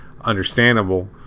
understandable